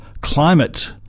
climate